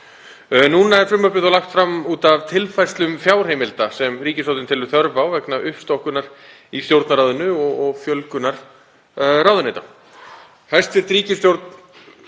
Núna er frumvarpið þó lagt fram út af tilfærslum fjárheimilda sem ríkisstjórnin telur þörf á vegna uppstokkunar í Stjórnarráðinu og fjölgunar ráðuneyta.